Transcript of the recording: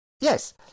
Yes